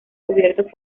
cubiertos